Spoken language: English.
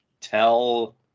tell